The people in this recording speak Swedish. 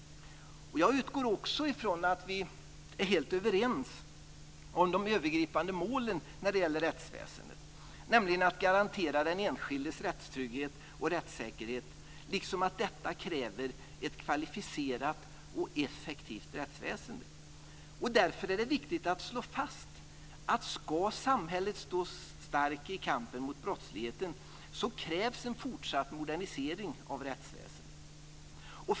Jag utgår också från att vi är helt överens om de övergripande målen när det gäller rättsväsendet, nämligen att garantera den enskildes rättstrygghet och rättssäkerhet, liksom att detta kräver ett kvalificerat och effektivt rättsväsende. Därför är det viktigt att slå fast att ska samhället stå starkt i kampen mot brottsligheten krävs en fortsatt modernisering av rättsväsendet.